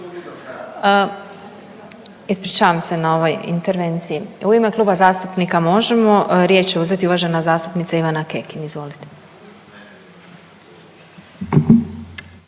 Ispričavam se na ovoj intervenciji. U ime Kluba zastupnika Možemo!, riječ će uzeti uvažena zastupnica Ivana Kekin. Izvolite.